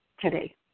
today